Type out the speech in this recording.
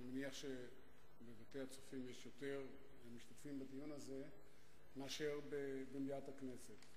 אני מניח שבבתי הצופים יש יותר משתתפים בדיון הזה מאשר במליאת הכנסת,